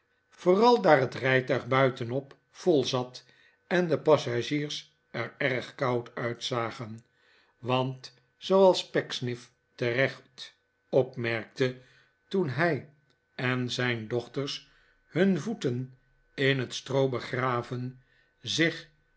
vooral daar het rijtuig buitenop vol zat en de passagiers er erg koud uitzagen want zooals pecksniff terecht opmerkte toen hij en zijn dochters nun voeten in het stroo begraven zich